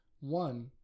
one